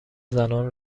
زنان